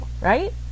right